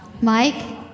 Mike